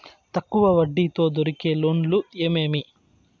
తక్కువ వడ్డీ తో దొరికే లోన్లు ఏమేమి